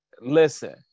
listen